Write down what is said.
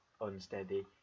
unsteady